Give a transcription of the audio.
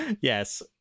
Yes